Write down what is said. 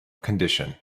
condition